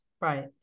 right